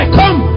come